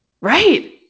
Right